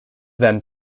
then